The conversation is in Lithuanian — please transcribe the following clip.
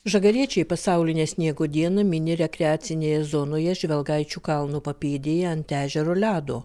žagariečiai pasaulinę sniego dieną mini rekreacinėje zonoje žvelgaičių kalno papėdėje ant ežero ledo